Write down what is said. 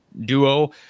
duo